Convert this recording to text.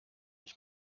ich